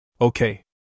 Okay